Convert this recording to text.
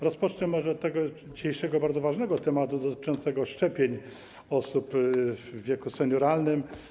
Rozpocznę może od tego dzisiejszego, bardzo ważnego tematu dotyczącego szczepień osób w wieku senioralnym.